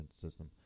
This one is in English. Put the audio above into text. system